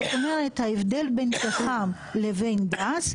זאת אומרת ההבדל בין פחם לבין גז,